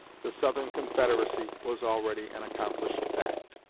the southern confederacy was already an accomplished fact.